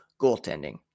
goaltending